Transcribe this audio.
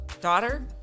daughter